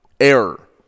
error